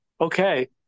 okay